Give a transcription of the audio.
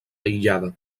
aïllada